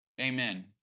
Amen